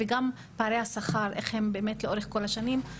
וגם פערי השכר איך הם באמת לאורך כל השנים.